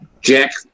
Jack